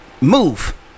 move